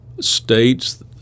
states